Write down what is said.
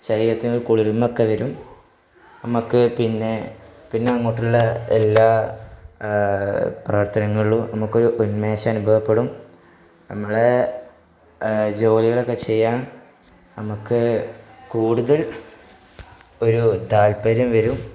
ശരീരത്തിനൊരു കുളിർമ്മയൊക്കെ വരും നമുക്ക് പിന്നെ പിന്നങ്ങോട്ടുള്ള എല്ലാ പ്രവർത്തനങ്ങളിലും നമുക്കൊരുന്മേഷം അനുഭവപ്പെടും നമ്മളേ ജോലികളൊക്കെ ചെയ്യാൻ നമുക്ക് കൂടുതൽ ഒരു താല്പര്യം വരും